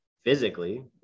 physically